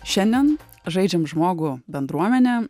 šiandien žaidžiam žmogų bendruomenė